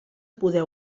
poder